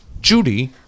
Judy